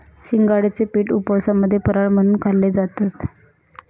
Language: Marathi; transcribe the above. शिंगाड्याचे पीठ उपवासामध्ये फराळ म्हणून खाल्ले जातात